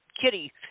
kitty